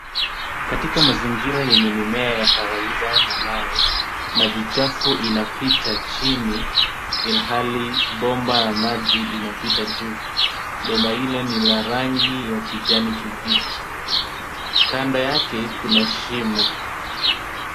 Katika mazingira yenye mimea ya kawaida na mawe, maji chafu inapita chini ilhali bomba ya maji inapita juu. Bomba ile ni la rangi ya kijani kibichi. Kando yake kuna shimo.